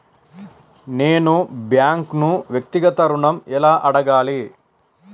నేను బ్యాంక్ను వ్యక్తిగత ఋణం ఎలా అడగాలి?